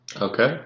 Okay